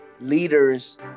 leaders